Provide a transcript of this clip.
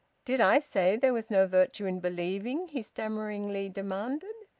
did i say there was no virtue in believing? he stammeringly demanded.